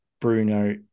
Bruno